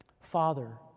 Father